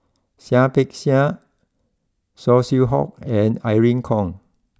Seah Peck Seah Saw Swee Hock and Irene Khong